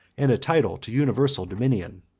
and a title to universal dominion.